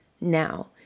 now